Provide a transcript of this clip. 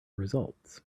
results